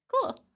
Cool